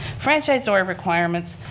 franchise order requirements,